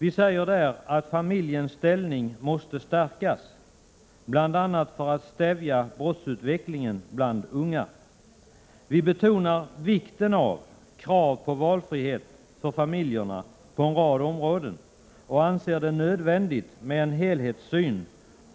Vi säger där att familjens ställning måste stärkas, bl.a. för att stävja brottsutvecklingen bland unga. Vi betonar vikten av krav på valfrihet för familjerna på en rad områden och anser det nödvändigt med en helhetssyn